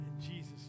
Jesus